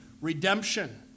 redemption